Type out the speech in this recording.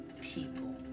people